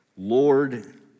Lord